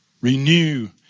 renew